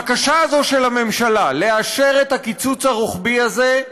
הבקשה הזאת של הממשלה, לאשר את הקיצוץ הרוחבי הזה,